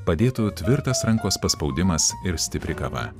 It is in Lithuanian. padėtų tvirtas rankos paspaudimas ir stipri kava